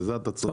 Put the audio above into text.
בזה אתה צודק.